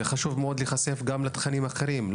חשוב מאוד להיחשף גם לתכנים אחרים,